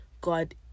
god